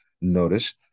notice